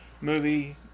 movie